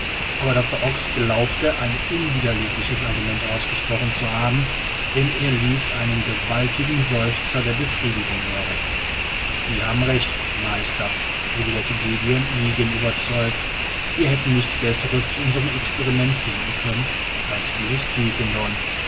aber doctor ox glaubte ein unwiderlegliches argument ausgesprochen zu haben denn er ließ einen gewaltigen seufzer der befriedigung hören sie haben eigentlich recht meister erwiderte gdon ygen überzeugt wir hätten nichts besseres zu unserem experiment finden können als dies